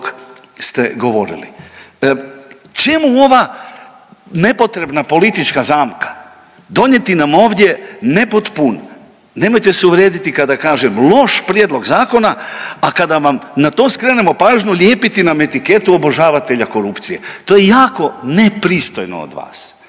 ste govorili. Čemu ova nepotrebna politička zamka? Donijeti nam ovdje nepotpun, nemojte se uvrijediti kada kažem loš prijedlog zakona, a kada vam na to skrenemo pažnju lijepiti nam etiketu obožavatelja korupcije. To je jako nepristojno od vas.